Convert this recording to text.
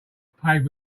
paved